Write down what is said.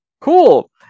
cool